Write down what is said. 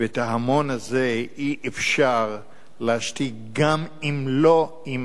ואת ההמון הזה אי-אפשר להשתיק, גם לא עם